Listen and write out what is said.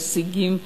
ההישגים האלה,